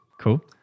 Cool